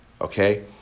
Okay